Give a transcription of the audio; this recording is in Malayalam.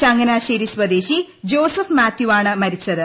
ചങ്ങനാശേരി സ്വദേശി ജോസഫ് മാത്യു ആണ് മരിച്ചത്